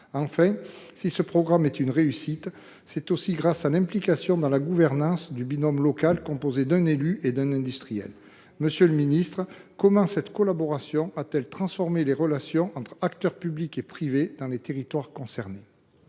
Enfin, si ce programme est une réussite, c’est aussi grâce à l’implication dans la gouvernance du binôme local composé d’un élu et d’un industriel. Monsieur le ministre, comment cette collaboration a t elle transformé les relations entre acteurs publics et privés dans les territoires concernés ?